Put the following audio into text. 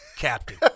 captain